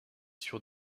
sur